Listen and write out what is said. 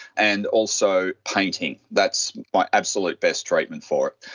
and also painting. that's my absolute best treatment for it.